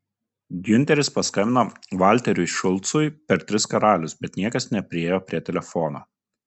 giunteris paskambino valteriui šulcui per tris karalius bet niekas nepriėjo prie telefono